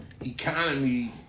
economy